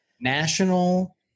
national